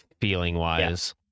feeling-wise